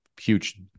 huge